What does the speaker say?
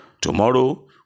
Tomorrow